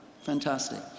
fantastic